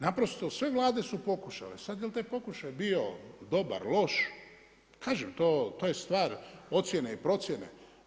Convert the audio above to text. Naprosto, sve Vlade su pokušale sad jel taj pokušaj bio dobar, loš, kaže to je stvar ocjene i procjene.